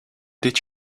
did